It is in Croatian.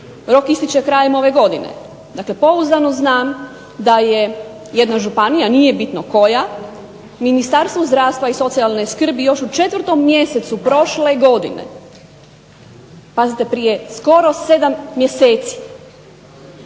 Rok ističe krajem ove godine. Dakle, pouzdano znam da je jedna županija, nije bitno koja, Ministarstvu zdravstva i socijalne skrbi još u 4. mjesecu prošle godine, pazite prije skoro 7 mjeseci,